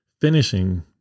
finishing